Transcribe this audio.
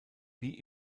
wie